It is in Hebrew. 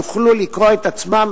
יוכלו לקרוא את עצמם,